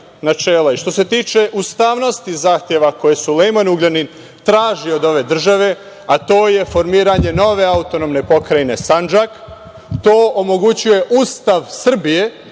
što se tiče ustavnosti zahteva koje Sulejman Ugljanin traži od ove države, a to je formiranje nove autonomne pokrajine Sandžak, to omogućuje Ustav Srbije